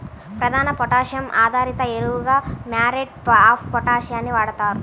ప్రధాన పొటాషియం ఆధారిత ఎరువుగా మ్యూరేట్ ఆఫ్ పొటాష్ ని వాడుతారు